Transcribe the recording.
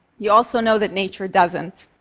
you also know that nature doesn't.